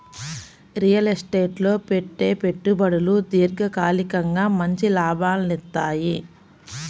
real estate లో పెట్టే పెట్టుబడులు దీర్ఘకాలికంగా మంచి లాభాలనిత్తయ్యి